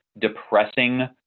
depressing